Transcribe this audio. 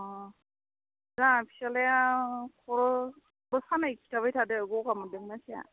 अ जोंहा फिसाज्लाया खर'बो सानाय खिन्थाबाय थादों गगा मोनदों मानसिया